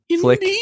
flick